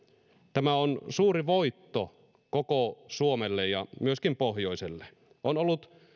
tämä on suuri voitto koko suomelle ja myöskin pohjoiselle on ollut